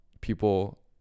people